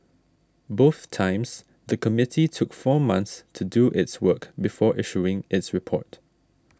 both times the committee took four months to do its work before issuing its report